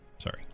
Sorry